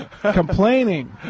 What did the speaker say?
complaining